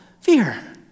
fear